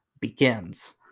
begins